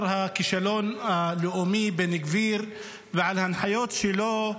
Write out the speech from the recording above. הכישלון הלאומי בן גביר ועל ההנחיות שלו,